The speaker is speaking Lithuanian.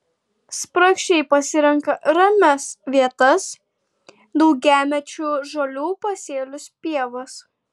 spragšiai pasirenka ramias vietas daugiamečių žolių pasėlius pievas